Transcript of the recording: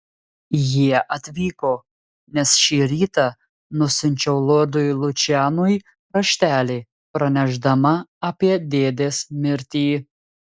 jie atvyko nes šį rytą nusiunčiau lordui lučianui raštelį pranešdama apie dėdės mirtį